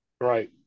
Right